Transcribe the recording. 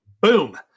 Boom